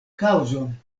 kaŭzon